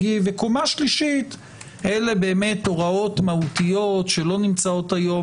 ומדרגה שלישית אלה הוראות מהותיות שלא נמצאות היום